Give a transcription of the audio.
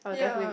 ya